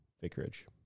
vicarage